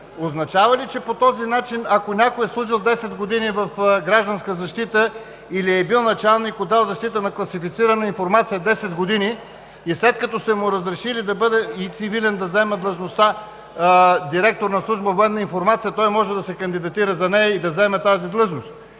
Означава ли, че по този начин, ако някой е служил 10 години в „Гражданска защита“ или е бил началник-отдел на „Защита на класифицирана информация“ 10 години и след като сте му разрешили и цивилен да заема длъжността директор на служба „Военна информация“, той може да се кандидатира за нея и да заема тази длъжност?